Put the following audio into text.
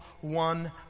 one